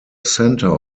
center